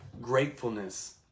gratefulness